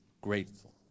grateful